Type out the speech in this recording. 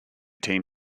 team